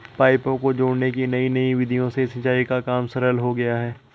पाइपों को जोड़ने की नयी नयी विधियों से सिंचाई का काम सरल हो गया है